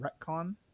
retcon